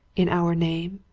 in our name?